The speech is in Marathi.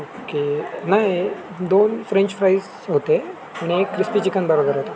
ओके नाही दोन फ्रेंच फ्राईज होते आणि एक क्रिस्पी चिकन बर्गर होता